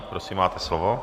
Prosím, máte slovo.